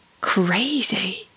Crazy